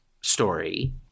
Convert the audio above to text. story